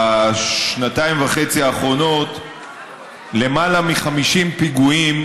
בשנתיים וחצי האחרונות למעלה מ-50 פיגועים